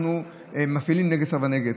לדברים שאנחנו מפעילים נגד סרבני גט,